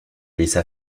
laissa